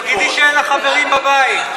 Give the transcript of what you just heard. תגידי שאין לך חברים בבית.